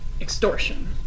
extortion